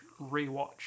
rewatch